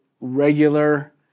regular